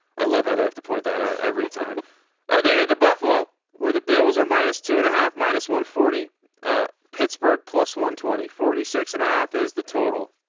i love how they have to point that out. every time they had to buffalo where the bills are minus two and a half minus one forty pittsburgh plus one twenty, forty six and a half is the total.